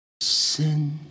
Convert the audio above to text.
Sin